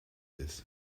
this